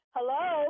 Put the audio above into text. Hello